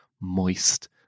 moist